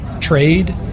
trade